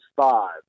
five